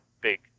big